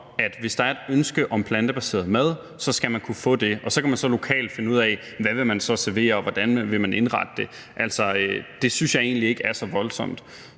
at hvis der er et ønske om plantebaseret mad, skal man kunne få det. Og så kan man lokalt finde ud af, hvad man vil servere, og hvordan man vil indrette det. Altså, det synes jeg egentlig ikke er så voldsomt.